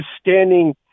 standing